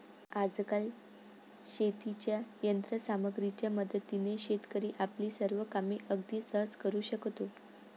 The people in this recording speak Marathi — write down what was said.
आजकाल शेतीच्या यंत्र सामग्रीच्या मदतीने शेतकरी आपली सर्व कामे अगदी सहज करू शकतो